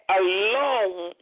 alone